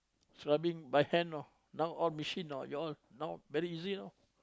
scrubbing my hand know now all machine know you all now very easy loh